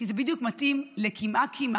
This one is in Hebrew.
כי זה בדיוק מתאים: קמעה-קמעה,